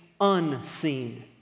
unseen